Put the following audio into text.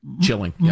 Chilling